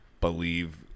believe